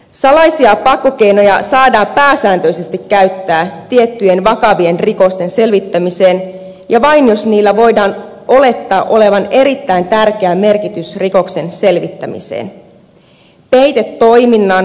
salaisia pakkokeinoja saadaan pääsääntöisesti käyttää tiettyjen vakavien rikosten selvittämiseen ja vain jos niillä voidaan olettaa olevan erittäin tärkeä merkitys rikoksen selvittämiselle